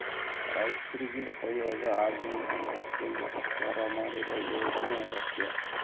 ರೈರ್ತಿಗೆ ಉಪಯೋಗ ಆಗ್ಲಿ ಅಂತ ಕೇಂದ್ರ ಸರ್ಕಾರ ಮಾಡಿರೊ ಯೋಜನೆ ಅಗ್ಯತೆ